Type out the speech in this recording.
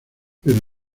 pero